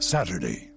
Saturday